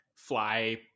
fly